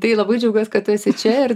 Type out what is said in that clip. tai labai džiaugiuosi kad tu esi čia ir